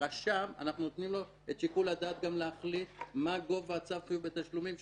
לרשם אנחנו נותנים את שיקול הדעת גם להחליט מה גובה צו החיוב בתשלומים,